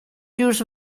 use